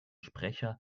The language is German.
sprecher